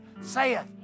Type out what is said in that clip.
saith